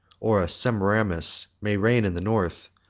or semiramis, may reign in the north,